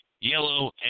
Yellow